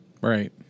Right